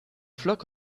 flock